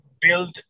build